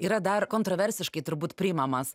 yra dar kontroversiškai turbūt priimamas